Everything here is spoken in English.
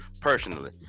personally